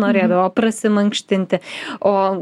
norėdavo prasimankštinti o